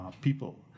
people